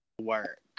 Work